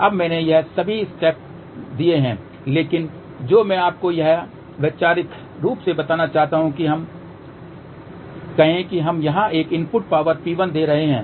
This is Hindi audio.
अब मैंने ये सभी स्टेप दिए हैं लेकिन जो मैं आपको यहां वैचारिक रूप से बताना चाहता हूं कि हम कहें कि हम यहां पर एक इनपुट पावर P1 दे रहे हैं